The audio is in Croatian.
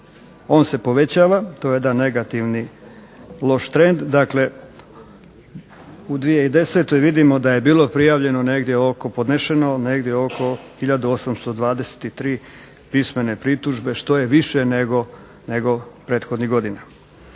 on se povećava. To je jedan negativni, loš trend. Dakle u 2010. vidimo da je bilo podneseno negdje oko 1823 pismene pritužbe što je više nego prethodnih godina.